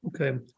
Okay